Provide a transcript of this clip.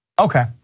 Okay